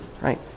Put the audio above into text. Right